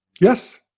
yes